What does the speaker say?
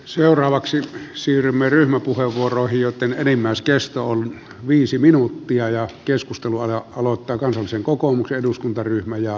seuraavaksi siirrymme ryhmäpuheenvuoroa joten enimmäiskesto on viisi minuuttia ja keskustelun aloittaa kansallisen unionille saadaan aikaiseksi